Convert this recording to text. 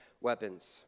weapons